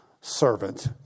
servant